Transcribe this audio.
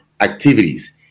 activities